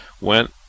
Went